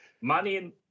Money